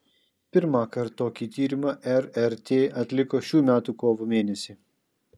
pirmąkart tokį tyrimą rrt atliko šių metų kovo mėnesį